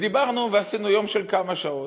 ודיברנו ועשינו יום של כמה שעות.